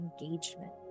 engagement